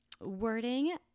wording